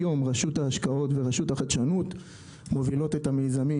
היום רשות ההשקעות והרשות לחדשנות מובילות את המיזמים